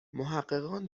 محققان